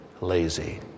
lazy